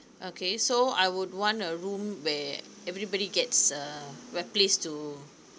okay so I would want a room where everybody gets uh a place to